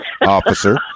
officer